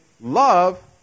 love